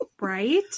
right